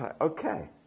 okay